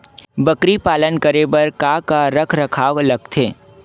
बकरी पालन करे बर काका रख रखाव लगथे?